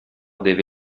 deve